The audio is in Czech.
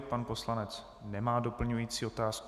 Pan poslanec nemá doplňující otázku.